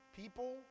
people